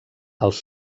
els